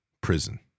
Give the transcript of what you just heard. prison